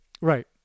Right